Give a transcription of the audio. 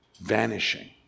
vanishing